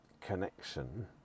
connection